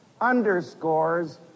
underscores